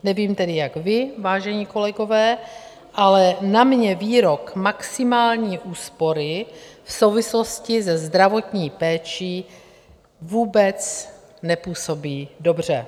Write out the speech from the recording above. Nevím tedy jak vy, vážení kolegové, ale na mě výrok maximální úspory v souvislosti se zdravotní péčí vůbec nepůsobí dobře.